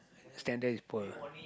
standard is Paul